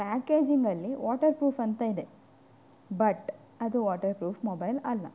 ಪ್ಯಾಕೇಜಿಂಗಲ್ಲಿ waterproof ಅಂತ ಇದೆ but ಅದು ವಾಟರ್ಪ್ರೂಫ್ ಮೊಬೈಲ್ ಅಲ್ಲ